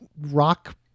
rock